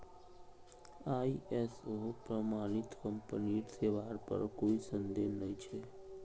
ISO प्रमाणित कंपनीर सेवार पर कोई संदेह नइ छ